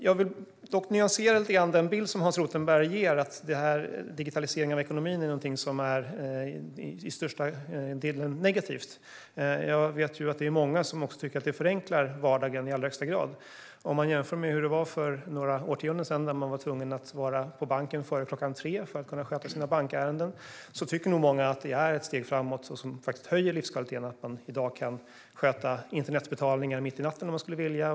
Jag vill dock lite grann nyansera den bild som Hans Rothenberg ger: att digitaliseringen av ekonomin är någonting som är till största delen negativt. Jag vet att det är många som tycker att det förenklar vardagen i allra högsta grad. Jämfört med hur det var för några årtionden sedan, när man var tvungen att vara på banken före klockan tre för att kunna sköta sina bankärenden, tycker nog många att det är ett steg framåt som faktiskt höjer livskvaliteten att man i dag kan sköta internetbetalningar mitt i natten om man så vill.